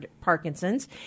Parkinson's